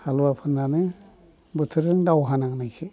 हालुवाफोरनानो बोथोरजों दावहा नांनायसो